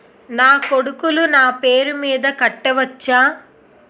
నా కొడుకులు నా పేరి మీద కట్ట వచ్చా?